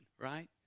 right